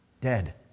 Dead